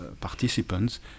participants